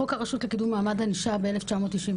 חוק הרשות לקידום מעמד האישה ב-1998,